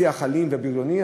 שיח אלים ובריוני.